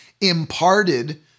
imparted